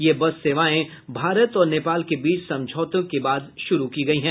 ये बस सेवाएं भारत और नेपाल के बीच समझौते के बाद शुरू की गई हैं